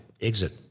exit